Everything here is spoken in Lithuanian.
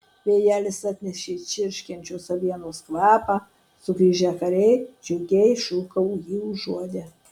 vėjelis atnešė čirškančios avienos kvapą sugrįžę kariai džiugiai šūkavo jį užuodę